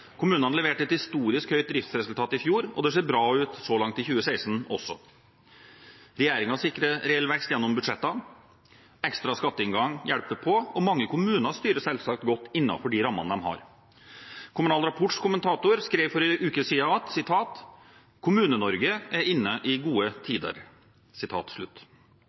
Kommunene leverte et historisk høyt driftsresultat i fjor, og det ser bra ut så langt i 2016 også. Regjeringen sikrer reell vekst gjennom budsjettene, ekstra skatteinngang hjelper på, og mange kommuner styrer selvsagt godt innenfor de rammene de har. Kommunal Rapports kommentator skrev for en uke siden: «Kommune-Norge er inne i gode tider.»